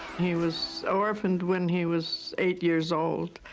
he was orphaned when he was eight years old.